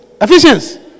Efficiency